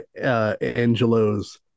Angelo's